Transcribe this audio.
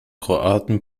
kroaten